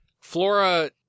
Flora